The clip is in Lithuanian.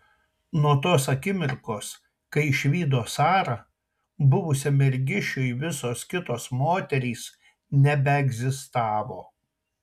nuo tos akimirkos kai išvydo sarą buvusiam mergišiui visos kitos moterys nebeegzistavo